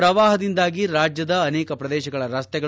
ಪ್ರವಾಹದಿಂದಾಗಿ ರಾಜ್ಜದ ಅನೇಕ ಪ್ರದೇಶಗಳ ರಸ್ತೆಗಳು